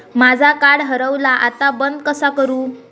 माझा कार्ड हरवला आता बंद कसा करू?